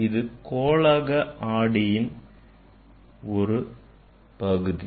இது கோளக ஆடியின் ஒரு பகுதி